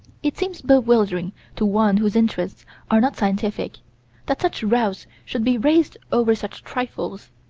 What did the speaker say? it seems bewildering to one whose interests are not scientific that such rows should be raised over such trifles